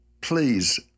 please